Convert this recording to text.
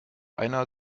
einer